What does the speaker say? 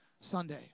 Sunday